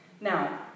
Now